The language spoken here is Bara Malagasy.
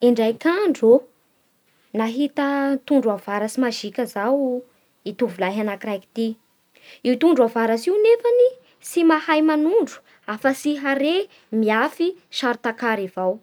Indraiky andro nahita tondro avaratsy mazika zao i tovolahy anakiraiky ty I tondro avaratsy io nefa tsy mahay manondro afa tsy hare miafy saro-takary avao,